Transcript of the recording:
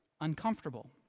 uncomfortable